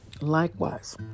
likewise